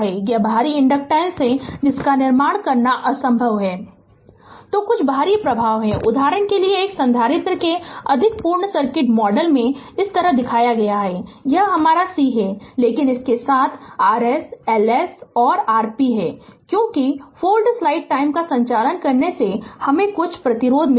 यह बाहारी इन्डकटेंसेस है जिसका निर्माण करना असंभव है Refer slide time 2852 तो कुछ बाहारी प्रभाव हैं उदाहरण के लिए एक संधारित्र के अधिक पूर्ण सर्किट मॉडल में इस तरह दिखाया गया है यह हमारा C है लेकिन इसके साथ Rs Ls और Rp है क्योंकि फोइल्स स्लाइड टाइम का संचालन करने से हमे कुछ प्रतिरोध मिलेगा